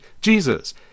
Jesus